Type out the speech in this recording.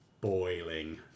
boiling